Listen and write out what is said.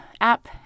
app